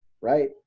Right